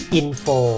info